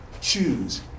choose